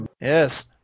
Yes